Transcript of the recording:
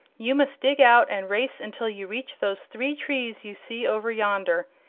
you must dig out and race until you reach those three trees you see over yonder.